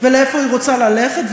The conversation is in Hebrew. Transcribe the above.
ולאיפה היא רוצה ללכת,